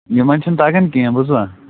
یِمَن چھِنہٕ تگان کیٚنہہ بوٗزٕوا